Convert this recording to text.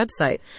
website